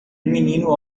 menino